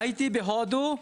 הייתי בהודו,